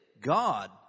God